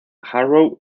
harrow